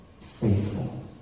faithful